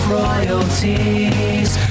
royalties